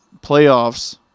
Playoffs